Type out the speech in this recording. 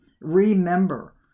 Remember